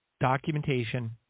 documentation